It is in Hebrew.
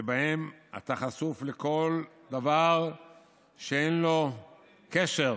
שבהם אתה חשוף לכל דבר שאין לו קשר,